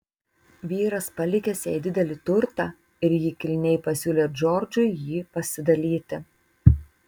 vyras palikęs jai didelį turtą ir ji kilniai pasiūlė džordžui jį pasidalyti